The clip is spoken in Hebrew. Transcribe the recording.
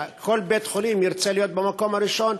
שכל בית-חולים ירצה להיות במקום הראשון